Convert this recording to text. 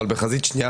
אבל בחזית שנייה,